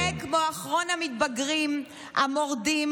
מתנהג כמו אחרון המתבגרים המורדים,